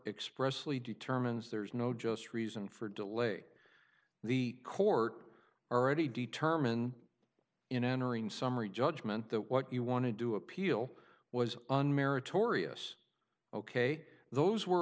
expressly determines there's no just reason for delay the court already determine in entering summary judgment that what you want to do appeal was an meritorious ok those were